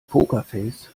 pokerface